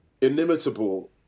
inimitable